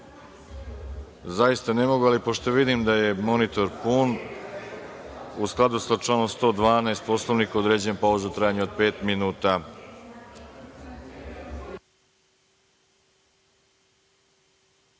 zaista ne mogu, ali pošto vidim da je monitor pun, u skladu sa članom 112. Poslovnika, određujem pauzu u trajanju od pet minuta.(Posle